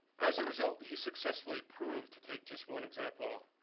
as a result, he successfully proved, to take just one example,